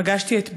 פגשתי את פדיה,